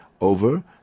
over